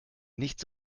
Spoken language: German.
nicht